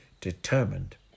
determined